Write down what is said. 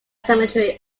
cemetery